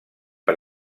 per